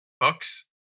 books